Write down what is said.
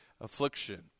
affliction